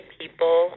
people